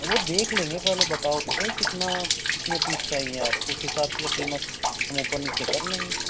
وہ دیکھ لیں گے پہلے بتاؤ تو صحیح کتنا کتنے پیس چاہیے آپ کو اُس حساب سے قیمت ہم اوپر نیچے کر لیں گے